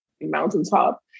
mountaintop